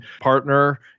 partner